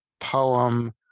poem